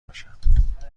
باشم